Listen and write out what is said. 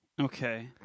Okay